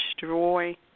destroy